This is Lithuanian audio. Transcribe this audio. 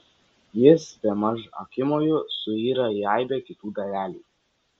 jis bemaž akimoju suyra į aibę kitų dalelių